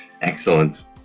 Excellent